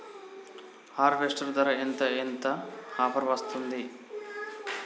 Harvester ధర ఎంత ఎంత ఆఫర్ వస్తుంది?